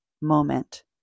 moment